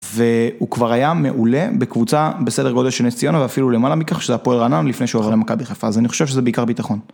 והוא כבר היה מעולה בקבוצה בסדר גודל של נס ציונה ואפילו למעלה מכך שזה הפועל רעננה לפני שהוא עבר למכבי חיפה אז אני חושב שזה בעיקר ביטחון.